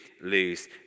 lose